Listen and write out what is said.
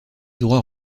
droit